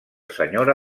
senyora